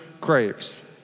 craves